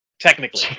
Technically